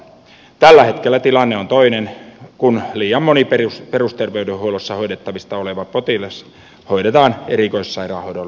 tällä hetkellä tilanne on toinen kun liian moni perusterveydenhuollossa hoidettavissa oleva potilas hoidetaan erikoissairaanhoidon laskuun